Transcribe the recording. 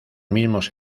mismos